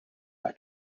our